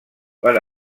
per